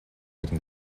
ирнэ